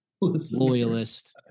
loyalist